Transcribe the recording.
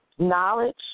knowledge